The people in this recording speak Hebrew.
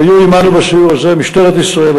והיו עמנו בסיור הזה משטרת ישראל,